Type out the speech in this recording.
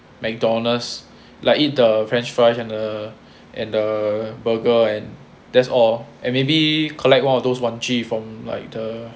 McDonald's like eat the french fries and the and the burger and that's all and maybe collect one of those 玩具 from like the